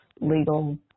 legal